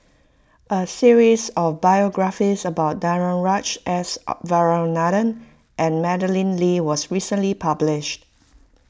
a series of biographies about Danaraj S Varathan and Madeleine Lee was recently published